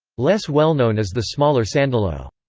less well-known is the smaller sandolo.